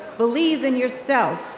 believe in yourself,